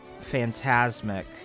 phantasmic